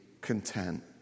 content